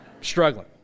struggling